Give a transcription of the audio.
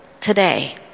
today